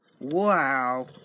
Wow